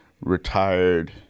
retired